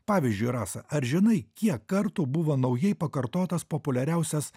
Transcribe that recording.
pavyzdžiui rasa ar žinai kiek kartų buvo naujai pakartotas populiariausias